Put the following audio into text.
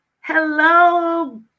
Hello